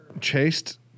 Chased